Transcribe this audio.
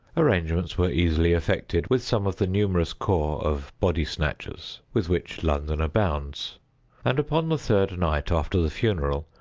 arrangements were easily effected with some of the numerous corps of body-snatchers, with which london abounds and, upon the third night after the funeral,